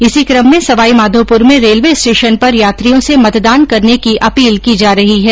इसी कम में सवाईमाधोपुर में रेलवे स्टेशन पर यात्रियों से मतदान करने की अपील की जा रही है